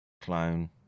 clone